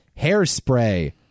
Hairspray